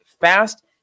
fast